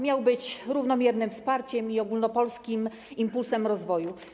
Miał być równomiernym wsparciem i ogólnopolskim impulsem rozwoju.